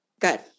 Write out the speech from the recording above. good